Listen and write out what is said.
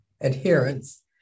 adherence